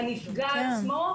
הנפגע עצמו,